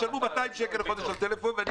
תשלמו 200 שקלים לחודש על טלפון ואני